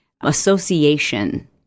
association